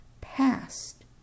past